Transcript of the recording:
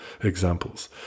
examples